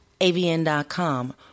AVN.com